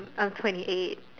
I'm twenty eight